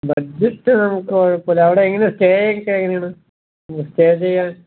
budget നമുക്ക് കുഴപ്പമില്ല അവിടെ എങ്ങനെയാണ് സ്റ്റേയൊക്കെ എങ്ങനെയാണ് സ്റ്റേ ചെയ്യാൻ